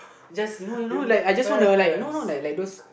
just you know you know like I just want to like you know like those